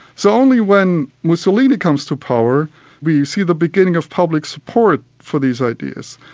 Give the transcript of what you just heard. so only when mussolini comes to power we see the beginning of public support for these ideas.